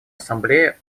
ассамблея